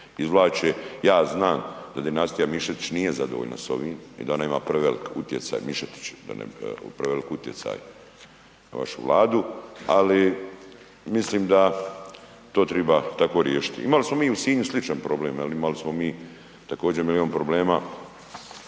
izvlače. Ja znam da dinastija Mišetić nije zadovoljna s ovim i da ona ima prevelik utjecaj Mišetić prevelik utjecaj na vašu Vladu, ali mislim da to treba tako riješiti. Imali smo mi u Sinju sličan problem. Imali smo mi također milijun problema,